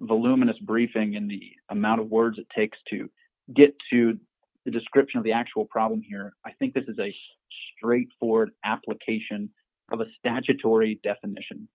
voluminous briefing in the amount of words it takes to get to the description of the actual problem here i think this is a straightforward application of a statutory definition